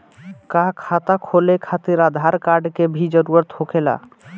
का खाता खोले खातिर आधार कार्ड के भी जरूरत होखेला?